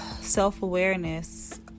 self-awareness